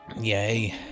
Yay